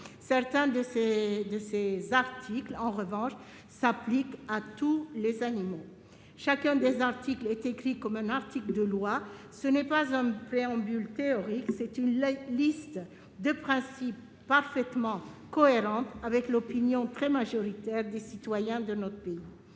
certains de ses articles s'appliquent à tous les animaux. En outre, chaque article est rédigé comme un article de loi. Il ne s'agit pas d'un préambule théorique, mais d'une liste de principes parfaitement cohérente avec l'opinion très majoritaire des citoyens de notre pays.